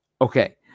Okay